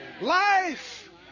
life